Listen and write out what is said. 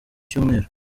cyumweru